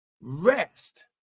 rest